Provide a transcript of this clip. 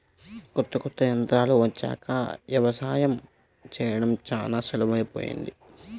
కొత్త కొత్త యంత్రాలు వచ్చాక యవసాయం చేయడం చానా సులభమైపొయ్యింది